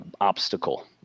obstacle